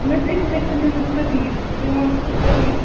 مےٚ ٲس اَکہِ وٮ۪سہٕ نیٛوٗمُت پردیٖپ تٔمۍ ووٚن سُہ چھُ صحیح